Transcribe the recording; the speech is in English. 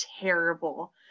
terrible